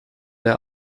der